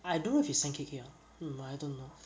I don't know if you send K_K or not hmm I don't know